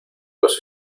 los